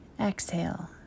exhale